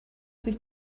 sich